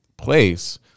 place